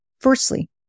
Firstly